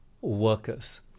Workers